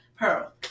Pearl